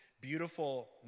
Beautiful